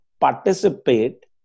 participate